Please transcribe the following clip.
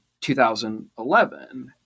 2011